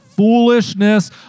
Foolishness